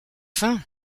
faim